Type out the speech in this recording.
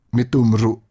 Mitumru